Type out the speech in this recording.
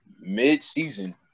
mid-season